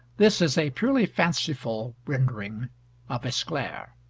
this is a purely fanciful rendering of esclaire.